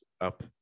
up